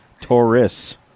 taurus